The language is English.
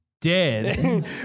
dead